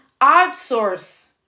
outsource